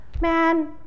man